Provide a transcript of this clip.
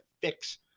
fix